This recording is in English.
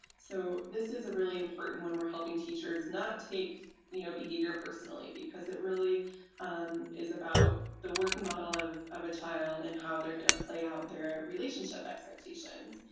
so this is a really important when we're helping teachers not take you know behavior personally because it really um is about the working model of of a child and how they're gonna play out their relationship expectations.